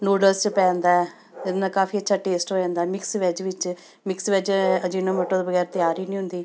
noodles 'ਚ ਪੈ ਜਾਂਦਾ ਇਹਦੇ ਨਾਲ ਕਾਫੀ ਅੱਛਾ ਟੇਸਟ ਹੋ ਜਾਂਦਾ ਮਿਕਸ ਵੈੱਜ ਵਿੱਚ ਮਿਕਸ ਵੈੱਜ ਅਜੀਨੋਮੋਟੋ ਤੋਂ ਵਗੈਰ ਤਿਆਰ ਹੀ ਨਹੀਂ ਹੁੰਦੀ